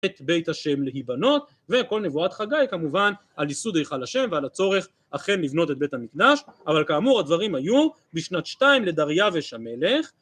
את בית השם להיבנות וכל נבואת חגי כמובן על ייסוד היכל השם ועל הצורך אכן לבנות את בית המקדש אבל כאמור הדברים היו בשנת שתיים לדריאבש המלך